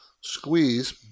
squeeze